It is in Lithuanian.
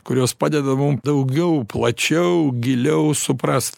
kurios padeda mum daugiau plačiau giliau suprast